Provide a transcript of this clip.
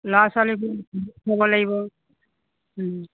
ল'ৰা ছোৱালীবোৰক দেখুৱাব লাগিব